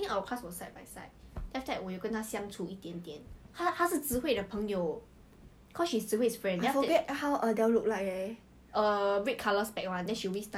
there venus boyfriend venus boyfriend at first is J_C one he drop out of J_C then he come poly ya sia I think if I go J_C I will also like halfway transfer to poly